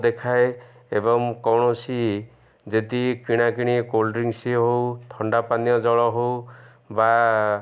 ଦେଖାଏ ଏବଂ କୌଣସି ଯଦି କିଣା କିଣି କୋଲଡ଼୍ ଡ୍ରିଙ୍କସ ହଉ ଥଣ୍ଡା ପାନୀୟ ଜଳ ହଉ ବା